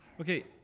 Okay